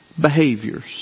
behaviors